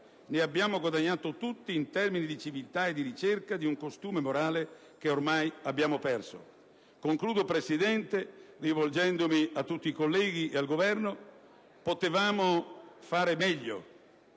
Ne abbiamo guadagnato tutti in termini di civiltà e di ricerca di un costume morale che ormai abbiamo perso. Per concludere, signor Presidente, mi rivolgo a tutti i colleghi e al Governo. Potevamo fare meglio